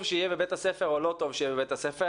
שיהיה בבית הספר או לא טוב שיהיה בבית הספר.